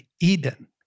Eden